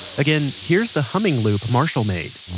again, here's the humming loop marshall made